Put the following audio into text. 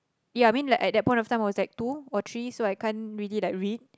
ya I mean like at that point of time I was like two or three so I can't really like read